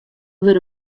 wurde